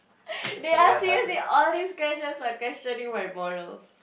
they are seriously all these questions are questioning my morals